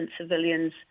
civilians